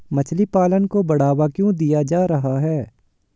मछली पालन को बढ़ावा क्यों दिया जा रहा है?